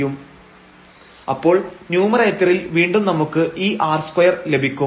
fxyx2y2 xy≠000 xy00┤ lim┬xy→00⁡fxy0fx 000fy 000 അപ്പോൾ ന്യൂമറേറ്ററിൽ വീണ്ടും നമുക്ക് ഈ r2 ലഭിക്കും